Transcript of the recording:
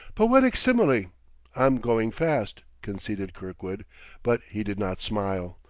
poetic simile i'm going fast, conceded kirkwood but he did not smile.